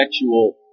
sexual